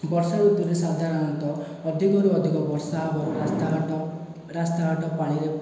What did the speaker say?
ବର୍ଷା ଋତୁରେ ସାଧାରଣତଃ ଅଧିକରୁ ଅଧିକ ବର୍ଷା ଏବଂ ରାସ୍ତାଘାଟ ରାସ୍ତାଘାଟ ପାଣିରେ